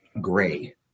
gray